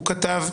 הוא כתב,